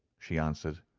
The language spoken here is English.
she answered.